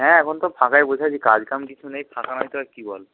হ্যাঁ এখন তো ফাঁকাই বসে আছি কাজ কাম কিছু নেই ফাঁকা নয়তো আর কী বল